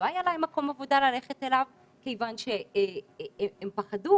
לא היה להם מקום עבודה ללכת אליו כיוון שהם פחדו,